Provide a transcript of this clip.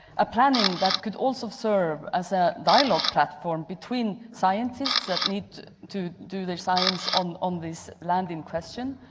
a planning that could also serve as a dialogue platform between scientists that need to do their science on on this land in question,